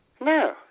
No